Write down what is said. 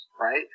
right